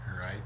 right